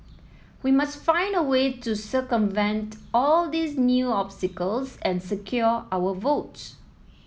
we must find a way to circumvent all these new obstacles and secure our votes